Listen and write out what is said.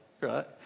right